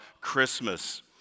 Christmas